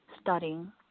Studying